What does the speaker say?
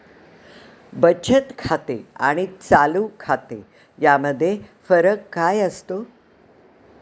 बचत खाते आणि चालू खाते यामध्ये फरक काय असतो?